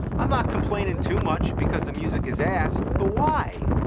um not complaining too much because the music is ass, but why?